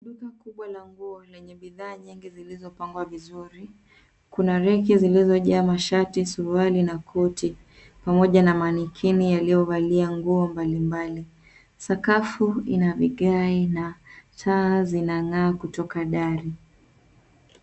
Duka kubwa la nguo lenye bidhaa nyingi zilizopangwa vizuri, kuna reki zilizojaa mashati, suruali na koti pamoja na manikini yaliyovalia nguo mbalimbali. Sakafu ina vigae na taa zinang'aa kutoka dari.